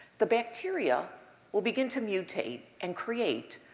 the bacteria would begin to mutate and create,